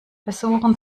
versuchen